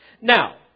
Now